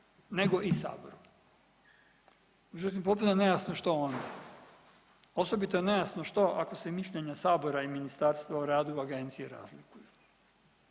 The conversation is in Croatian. nego i Saboru. Međutim, potpuno je nejasno što oni vide. Osobito je nejasno što ako mišljenje Sabora i Ministarstva o radu, agencije razlikuju.